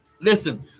Listen